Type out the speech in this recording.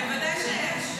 בוודאי שיש.